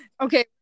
Okay